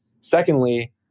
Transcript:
Secondly